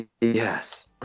Yes